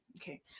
okay